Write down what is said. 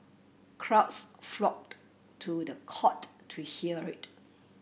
crowds flocked to the court to hear it